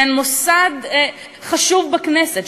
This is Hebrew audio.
שהן מוסד חשוב בכנסת,